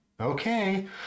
okay